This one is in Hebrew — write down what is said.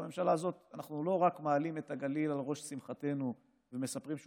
בממשלה הזאת אנחנו לא רק מעלים את הגליל על ראש שמחתנו ומספרים שהוא